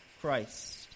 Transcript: christ